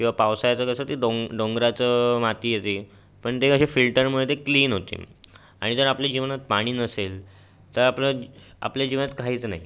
किंवा पावसाळ्याचं कसं ते डोंग डोंगराचं माती येते पण ते कसे फिल्टरमुळे ते क्लीन होते आणि जर आपल्या जीवनात पाणी नसेल तर आपलं आपल्या जीवनात काहीच नाही